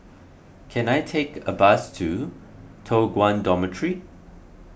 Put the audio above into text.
can I take a bus to Toh Guan Dormitory